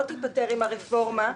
לא תיפתר עם הרפורמה,